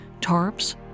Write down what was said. tarps